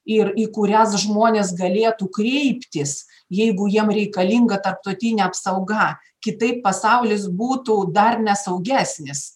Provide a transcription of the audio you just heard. ir į kurias žmonės galėtų kreiptis jeigu jiem reikalinga tarptautinė apsauga kitaip pasaulis būtų dar nesaugesnis